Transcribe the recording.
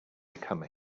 become